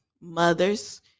mothers